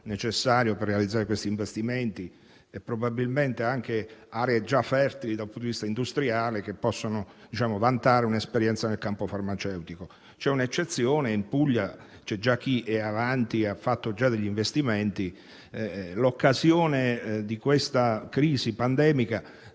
necessario per realizzare questi investimenti e probabilmente anche in aree già fertili da un punto di vista industriale, che possono già vantare un'esperienza nel campo farmaceutico. C'è un'eccezione in Puglia e c'è già chi è avanti e ha fatto degli investimenti. L'occasione di questa crisi pandemica